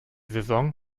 saison